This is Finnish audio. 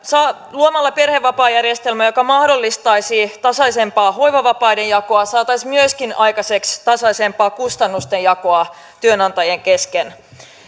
luomalla perhevapaajärjestelmä joka mahdollistaisi tasaisempaa hoivavapaiden jakoa saataisiin myöskin aikaiseksi tasaisempaa kustannusten jakoa työnantajien kesken